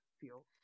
feel